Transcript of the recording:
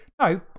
No